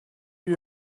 you